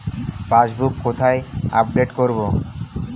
Passbook কোথায় update করব?